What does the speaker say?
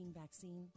vaccine